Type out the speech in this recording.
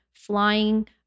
flying